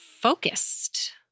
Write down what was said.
focused